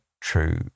true